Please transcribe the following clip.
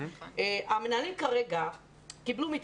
המנהלים כרגע קיבלו מתווה.